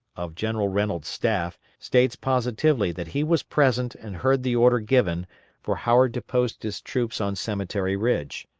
of general reynolds' staff, states positively that he was present and heard the order given for howard to post his troops on cemetery ridge.